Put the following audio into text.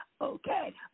Okay